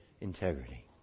integrity